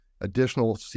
additional